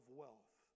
wealth